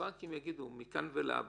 שהבנקים יגידו: מכאן ולהבא,